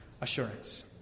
assurance